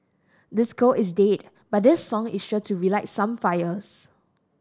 disco is dead but this song is sure to relight some fires